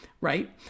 right